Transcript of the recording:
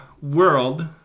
world